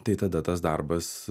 tai tada tas darbas